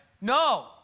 No